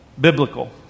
biblical